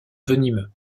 venimeux